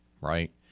right